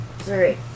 Sorry